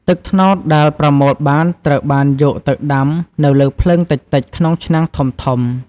ទឹកត្នោតដែលប្រមូលបានត្រូវបានយកទៅដាំនៅលើភ្លើងតិចៗក្នុងឆ្នាំងធំៗ។